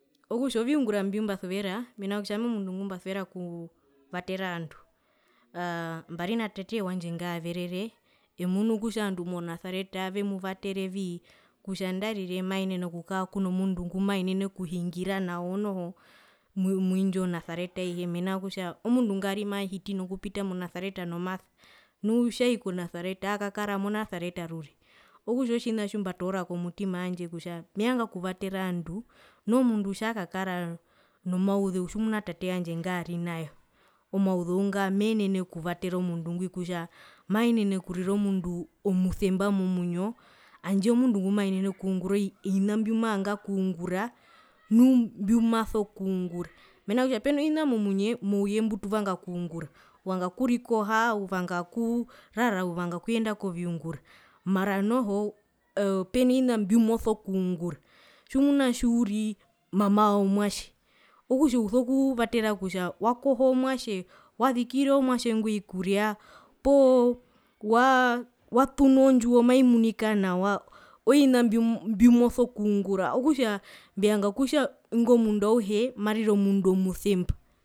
Okutja oviungura mbimbasuvera mena rokutja mbasuvera okuvatera ovandu aa mbari na tate wandje ngaverere emunu kutja ovandu monasareta aavemuvaterevii kutja andarire maenene okukaa kunomundu ngumaenene okuhingira nawo noho mwindjo nasareta aihe mena rokutja omundu ngari mahiti nokupita monasareta nomasa nu tjai konasareta aakakara monasareta orure okutja otjina tjimbatoora komutima wandje kutja mevanga okuvatera ovandu nu omundu tjakakara nomauzeu tjimuna tate yandje ngari nayo omauzeu nga menene okuvatera omundu ngwi kutja maenene okurira omundu omusemba momwinyo handje omundu ngumaenene okungura ovina mbimavanga okungura nu mbimaso kungura mena rokutja penovina momwinyo mouye mbutuvanga okungura uvanga okurikoha uvanga okurikoha uvanga okurara uvanga okuyenda koviungura mara noho peno vina mbimoso kungura tjimuna tjiuri mama womwatje okutja uso kuvatera kutja wakoho omwatje wazikire omwatje ngwi ovikuria poo waa watunu ondjiwo maimunika nawa ovina mbimo mbimoso kungura okutja mbivanga kutja ingo mundu auhe marire omundu omusemba.